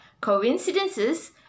coincidences